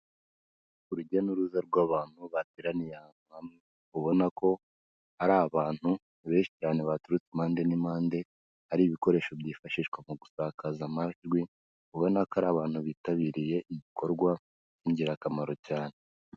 Urujya n'uruza rw'abantu bateraniye hamwe ubona ko ari abantu benshi cyane baturutse impande n'impande, hari ibikoresho byifashishwa mu gusakaza amajwi, ubona ko ari abantu bitabiriye igikorwa b'ingirakamaro cyane.